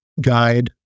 guide